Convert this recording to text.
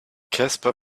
casper